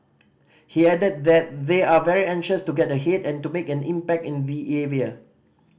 he added that they are very anxious to get ahead and to make an impact in their area